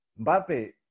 Mbappe